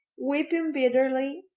weeping bitterly,